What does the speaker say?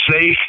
safe